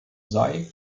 sei